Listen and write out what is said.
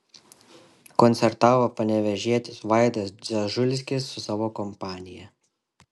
koncertavo panevėžietis vaidas dzežulskis su savo kompanija